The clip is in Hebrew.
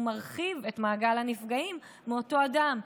והוא מרחיב את מעגל הנפגעים מאותו אדם,